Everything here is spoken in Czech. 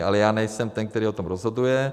Ale já nejsem ten, který o tom rozhoduje.